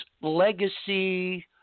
legacy